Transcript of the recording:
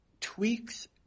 tweaks